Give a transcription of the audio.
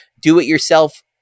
do-it-yourself